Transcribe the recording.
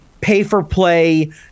pay-for-play